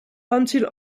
until